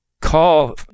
call